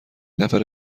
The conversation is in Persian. نفر